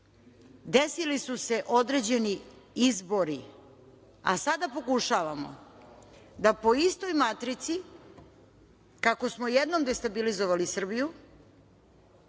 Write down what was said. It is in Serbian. dobiti. Desili su se određeni izbori, a sada pokušavamo da po istoj matrici, kako smo jednom destabilizovali Srbiju,